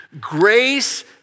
Grace